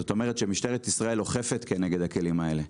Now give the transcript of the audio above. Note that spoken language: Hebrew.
זאת אומרת שמשטרת ישראל אוכפת כנגד הכלים האלה.